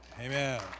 Amen